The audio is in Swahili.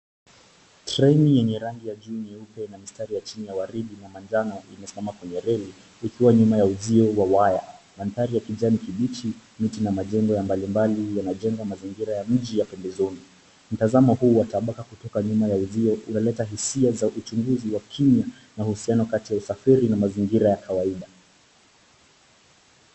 Treni yenye rangi ya juu nyeupe na mstari ya chini ya waridi na manjano imesimama kwenye reli ikiwa nyuma ya uzio wa waya. Mandhari ya kijani kibichi, miti na majengo ya mbalimbali yanajenga mazingira ya mji ya pembezoni. Mtazamo huu wa tabaka kutoka nyuma ya uzio unaleta hisia za uchunguzi wa kimya na uhusiano kati ya usafiri na mazingira ya kawaida.